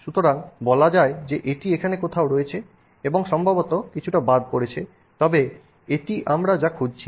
সুতরাং বলা যায় এটি এখানে কোথাও রয়েছে এবং সম্ভবত কিছুটা বাদ পড়েছে তবে এটি আমরা যা খুঁজছি